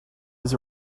was